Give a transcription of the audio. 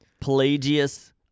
Pelagius